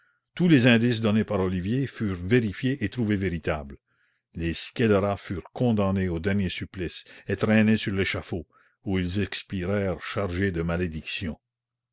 tous les indices donnés par olivier furent vérifiés et trouvés véritables les scélérats furent condamnés au dernier supplice et traînés sur l'échafaud où ils expirèrent chargés de malédictions